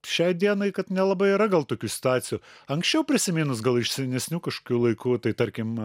šiai dienai kad nelabai yra gal tokių situacijų anksčiau prisiminus gal iš senesnių kažkokių laikų tai tarkim